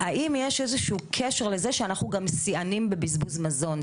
והאם יש איזשהו קשר לזה שאנחנו גם שיאנים בבזבוז מזון?